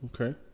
Okay